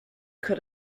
could